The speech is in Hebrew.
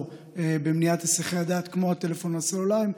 במניעת היסחי הדעת כמו הטלפונים הסלולריים,